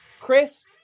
Chris